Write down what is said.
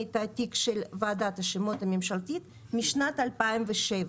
תעתיק של ועדת השמות הממשלתית משנת 2007,